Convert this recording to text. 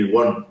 one